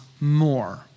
more